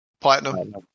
platinum